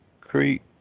Creek